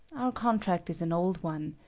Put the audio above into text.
our contract is an old one.